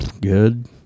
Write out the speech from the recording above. good